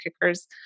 kickers